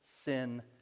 sin